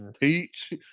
Peach